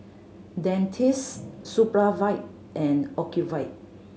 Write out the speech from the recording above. Dentiste Supravit and Ocuvite